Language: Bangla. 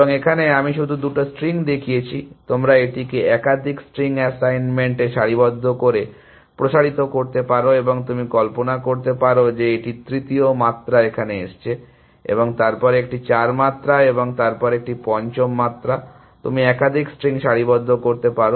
এবং এখানে আমি শুধু দুটি স্ট্রিং দেখিয়েছি তোমরা এটিকে একাধিক স্ট্রিং অ্যাসাইনমেন্ট সারিবদ্ধ করে প্রসারিত করতে পারো এবং তুমি কল্পনা করতে পারো যে একটি তৃতীয় মাত্রা এখানে আসছে এবং তারপর একটি চার মাত্রা এবং তারপর একটি পঞ্চম মাত্রা তুমি একাধিক স্ট্রিং সারিবদ্ধ করতে পারো